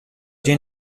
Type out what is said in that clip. dieu